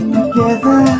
together